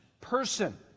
person